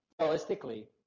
Realistically